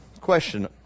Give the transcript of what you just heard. question